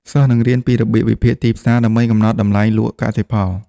សិស្សនឹងរៀនពីរបៀបវិភាគទីផ្សារដើម្បីកំណត់តម្លៃលក់កសិផល។